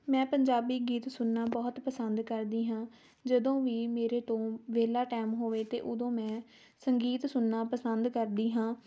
ਮੈਂ ਪੰਜਾਬੀ ਗੀਤ ਸੁਣਨਾ ਬਹੁਤ ਪਸੰਦ ਕਰਦੀ ਹਾਂ ਜਦੋਂ ਵੀ ਮੇਰੇ ਤੋਂ ਵਿਹਲਾ ਟਾਈਮ ਹੋਵੇ ਤਾਂ ਉਦੋਂ ਮੈਂ ਸੰਗੀਤ ਸੁਣਨਾ ਪਸੰਦ ਕਰਦੀ ਹਾਂ